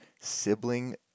sibling